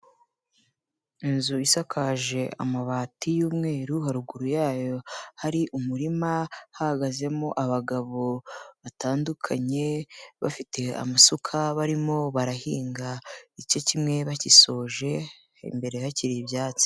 Inzu isakaje amabati y'umweru, haruguru yayo hari umurima hahagazemo abagabo batandukanye, bafite amasuka barimo barahinga, igice kimwe bagisoje, imbere hakiri ibyatsi.